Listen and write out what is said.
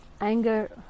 anger